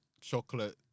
chocolate